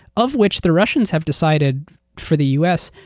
of which the russians have decided for the us,